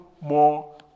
more